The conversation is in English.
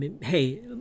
Hey